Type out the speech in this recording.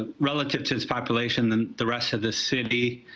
ah relative to the population the the rest of the city,